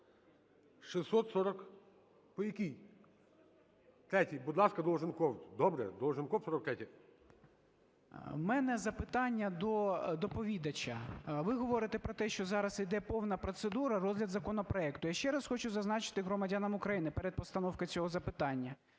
64… по якій? Третій, будь ласка, Долженков. Добре, Долженков 43-я. 17:13:34 ДОЛЖЕНКОВ О.В. У мене запитання до доповідача, ви говорите про те, що зараз йде повна процедура, розгляд законопроекту. Я ще раз хочу зазначити громадянам України, перед постановкою цього запитання,